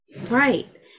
right